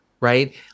right